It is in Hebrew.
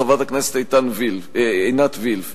חברת הכנסת עינת וילף.